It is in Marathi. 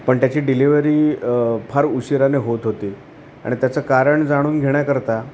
पण त्याची डिलिव्हीरी फार उशिराने होत होती आणि त्याचं कारण जाणून घेण्याकरता